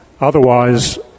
Otherwise